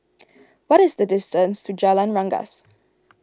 what is the distance to Jalan Rengas